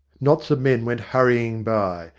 knots of men went hurrying by,